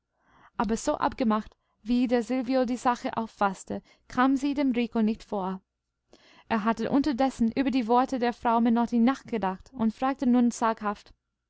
aber so abgemacht wie der silvio die sache auffaßte kam sie dem rico nicht vor er hatte unterdessen über die worte der frau menotti nachgedacht und fragte nun zaghaft